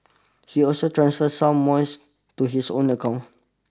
he also transferred some monies to his own account